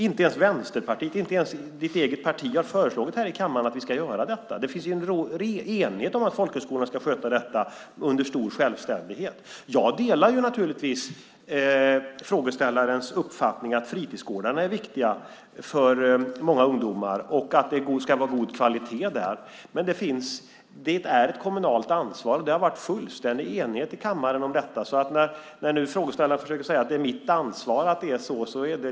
Inte ens ditt eget parti har föreslagit här i kammaren att vi ska göra detta. Det finns en enighet om att folkhögskolorna ska sköta detta under stor självständighet. Jag delar frågeställarens uppfattning att fritidsgårdarna är viktiga för många ungdomar och att det ska vara god kvalitet där, men det är ett kommunalt ansvar. Det har varit fullständig enighet i kammaren om detta. Det blir lite lustigt när frågeställaren nu försöker säga att det är mitt ansvar att det är så.